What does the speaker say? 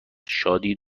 شادی